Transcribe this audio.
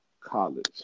college